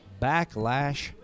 Backlash